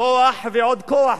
כוח ועוד כוח,